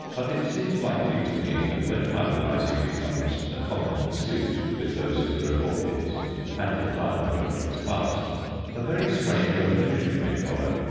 but it seems likely to me that when hybridizing becomes a common pursuit with those who grow orchids and the time approaches fast a very strange revolution may follow.